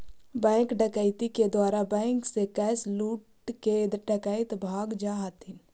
bank डकैती के द्वारा बैंक से कैश लूटके डकैत भाग जा हथिन